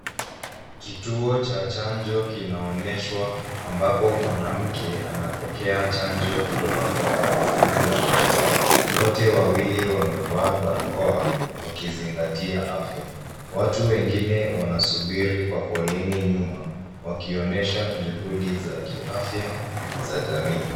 Kituo cha chanjo kinaonyeshwa ambapo mwanamke anapokea chanjo kutoka kwa mhudumu wa afya. Wote wawili wamevaa baraokoa wakizingatia afya. Watu wengine wanasubiri kwa foleni nyuma, wakionyesha juhudi za kiafya za jamii.